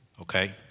okay